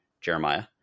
Jeremiah